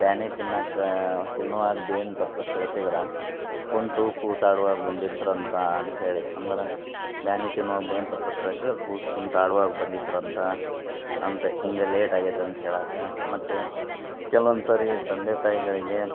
ಬ್ಯಾನಿ ತಿನ್ನಾಕ ತಿನ್ನುವಾಗ ಬೇನ್ ತಪ್ಲಕ್ಕೆ ಕಳ್ಸಿದ್ರೆ ಕುಳ್ತು ಕೂಸು ಆಡುವಾಗ ಬಂದಿದ್ರು ಅಂತ ಅಂತ ಹೇಳಿ ಅಂದ್ರೆ ಬ್ಯಾನಿ ತಿನ್ನುವಾಗ ಬೇನ್ ತಪ್ಲಕ್ಕೆ ಕಳ್ಸಿದ್ರೆ ಕೂಸು ಕುಂತು ಆಡುವಾಗ ಬಂದಿದ್ರು ಅಂತ ಅಂತ ಹಿಂಗೆ ಲೇಟ್ ಆಗ್ಯೈತೆ ಅಂತ ಹೇಳಕ್ಕೆ ಮತ್ತು ಕೆಲವೊಂದು ಸಾರಿ ತಂದೆ ತಾಯಿಗಳಿಗೆ